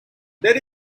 there